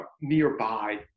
nearby